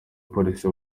polisi